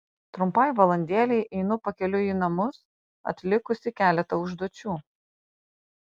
trumpai valandėlei einu pakeliui į namus atlikusi keletą užduočių